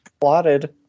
Plotted